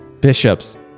Bishops